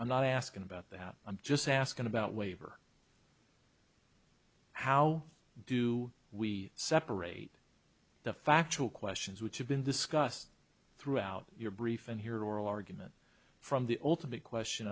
i'm not asking about that i'm just asking about waiver how do we separate the factual questions which have been discussed throughout your brief and hear oral argument from the ultimate question